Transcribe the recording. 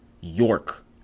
York